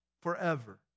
forever